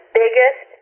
biggest